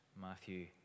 Matthew